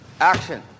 Action